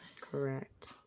Correct